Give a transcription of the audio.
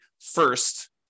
first